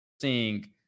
seeing